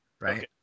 right